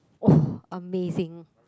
!wah! amazing